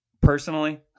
personally